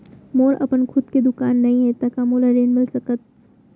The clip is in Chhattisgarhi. मोर अपन खुद के दुकान नई हे त का मोला ऋण मिलिस सकत?